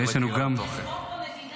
אבל יש חוק, יש חוק במדינה.